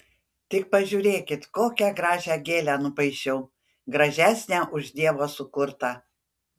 tik pažiūrėkit kokią gražią gėlę nupaišiau gražesnę už dievo sukurtą